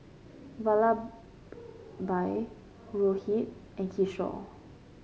Vallabhbhai Rohit and Kishore